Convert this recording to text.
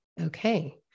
Okay